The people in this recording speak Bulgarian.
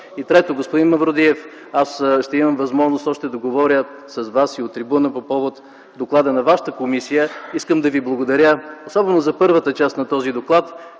трето, господин Мавродиев, ще имам възможност още да говоря с Вас и от трибуната по повод доклада на вашата комисия. Искам да ви благодаря, особено за първата част на този доклад,